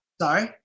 Sorry